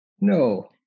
no